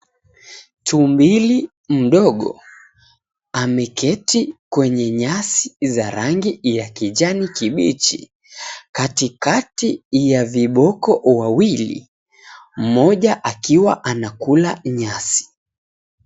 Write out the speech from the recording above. Tumbili mdogo, ameketi kwenye nyasi za rangi ya kijani kibichi, katikati ya viboko wawili, mmoja akiwa anakula nyasi.